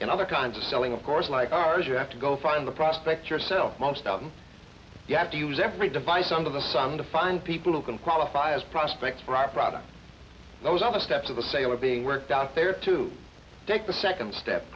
in other kinds of selling of course like ours you have to go find the prospect yourself most of them you have to use every device under the sun to find people who can qualify as prospects for our product those other steps of the sale are being worked out there to take the second step